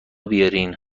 بیارین